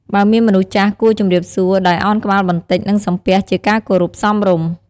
បើមានមនុស្សចាស់គួរជំរាបសួរដោយអោនក្បាលបន្តិច និង សំពះជាការគោរពសមរម្យ។